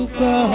go